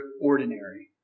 ordinary